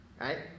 right